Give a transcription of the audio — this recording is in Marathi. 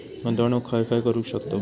गुंतवणूक खय खय करू शकतव?